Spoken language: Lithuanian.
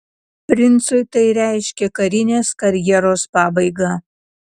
princui tai reiškė karinės karjeros pabaigą